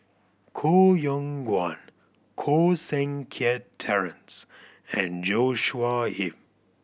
Koh Yong Guan Koh Seng Kiat Terence and Joshua Ip